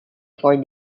four